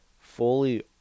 Fully